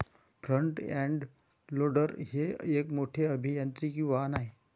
front end loader हे एक मोठे अभियांत्रिकी वाहन आहे